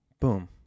boom